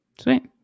Sweet